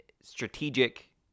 strategic